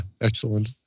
excellent